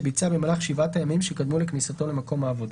שביצע במהלך 7 הימים שקדמו לכניסתו למקום העבודה.